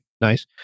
nice